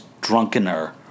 drunkener